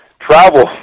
Travel